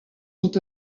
sont